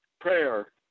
prayer